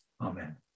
Amen